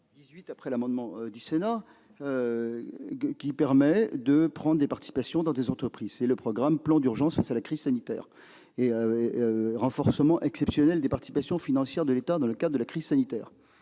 après l'amendement adopté par le Sénat -, qui permet de prendre des participations dans des entreprises. Il s'agit du programme « Plan d'urgence face à la crise sanitaire et renforcement exceptionnel des participations financières de l'État dans le cadre de la crise sanitaire